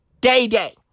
day-day